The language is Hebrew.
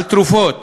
על תרופות.